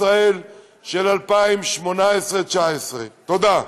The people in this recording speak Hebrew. בישראל של 2018 2019. תודה.